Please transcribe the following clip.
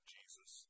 Jesus